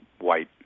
white